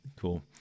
Cool